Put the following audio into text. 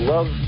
Love